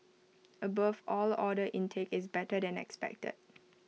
above all order intake is better than expected